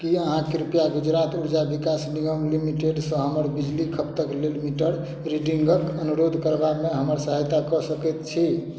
की अहाँ कृपया गुजरात ऊर्जा विकास निगम लिमिटेड सॅं हमर बिजली खपतक लेल मीटर रीडिंगके अनुरोध करबामे हमर सहायता कऽ सकैत छी